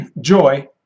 Joy